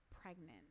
pregnant